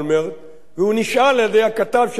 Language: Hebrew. הוא נשאל על-ידי הכתב של "וושינגטון פוסט"